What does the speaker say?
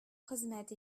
хезмәт